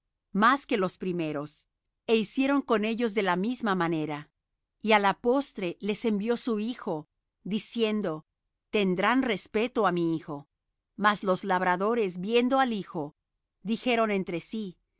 más que los primeros é hicieron con ellos de la misma manera y á la postre les envió su hijo diciendo tendrán respeto á mi hijo mas los labradores viendo al hijo dijeron entre sí